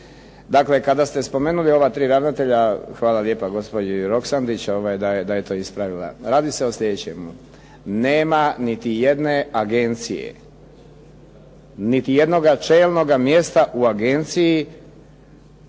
Dakle, kada ste spomenuli ova tri ravnatelja hvala lijepa gospođi Roksandić da je to ispravila, radi se o sljedećem. Nema niti jedne agencije niti jednoga čelnoga mjesta u agenciji